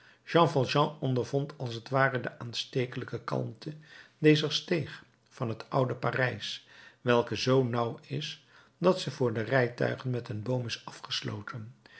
ondervond als t ware de aanstekelijke kalmte dezer steeg van het oude parijs welke zoo nauw is dat ze voor de rijtuigen met een boom is afgesloten